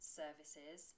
services